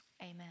Amen